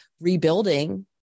rebuilding